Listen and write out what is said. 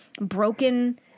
broken